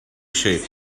shape